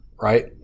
right